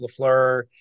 Lafleur